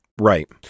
Right